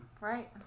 Right